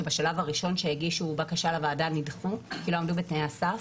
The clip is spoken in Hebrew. שבשלב הראשון הגישו בקשה לוועדה והם נדחו כי הם לא עמדו בתנאי הסף.